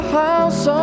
house